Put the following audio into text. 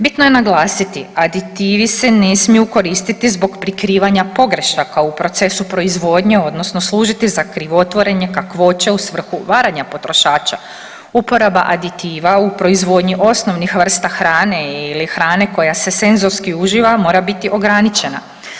Bitno je naglasiti, aditivi se ne smiju koristiti zbog prikrivanja pogrešaka u procesu proizvodnje odnosno služiti za krivotvorenje kakvoće u svrhu varanja potrošača, uporaba aditiva u proizvodnji osnovnih vrsta hrane ili hrane koja se sezonski uživa, mora biti ograničena.